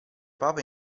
papa